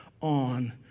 on